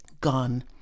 gone